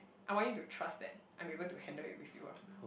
I want you to trust that I'm able to handle it with you ah